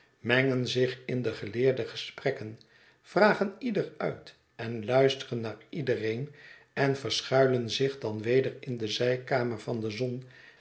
mengen zich in de geleerde gesprekken vragen iedereen uit en luisteren naar iedereen en verschuilen zich dan weder in de zijkamer van de zon